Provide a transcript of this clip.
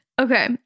Okay